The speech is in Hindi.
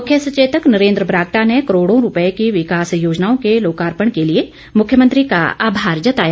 मुख्य सचेतक नरेंद्र बरागटा ने करोड़ों रुपये की विकास योजनाओं के लोकार्पण के लिए मुख्यमंत्री का आभार जताया